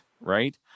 right